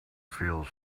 feels